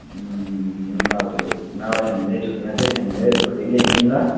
ल नभए चाहिँ छुट्टीमा चाहिँ ठुलो टिभी नै ल्याइदिन्छु नि ल